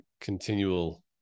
continual